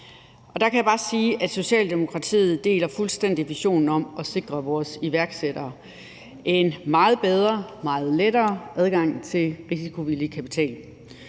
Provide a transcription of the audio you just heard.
Der kan jeg bare sige, at Socialdemokratiet fuldstændig deler visionen om at sikre vores iværksættere en meget bedre og meget lettere adgang til risikovillig kapital.